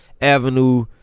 Avenue